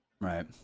Right